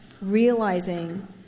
realizing